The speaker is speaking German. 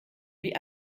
wie